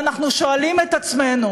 חבר הכנסת אורן חזן,